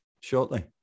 shortly